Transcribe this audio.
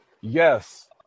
yes